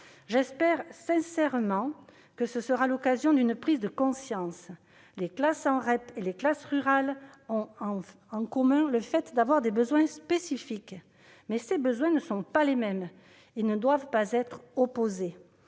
J'espère sincèrement que ce sera l'occasion d'une prise de conscience. Les classes en REP et les classes rurales ont en commun d'avoir des besoins spécifiques, mais ceux-ci ne sont pas les mêmes et ne doivent pas être opposés.